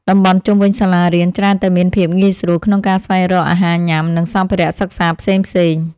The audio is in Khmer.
តំបន់ជុំវិញសាលារៀនច្រើនតែមានភាពងាយស្រួលក្នុងការស្វែងរកអាហារញ៉ាំ និងសម្ភារៈសិក្សាផ្សេងៗ។